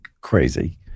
crazy